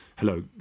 Hello